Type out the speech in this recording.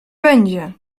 będzie